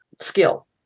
skill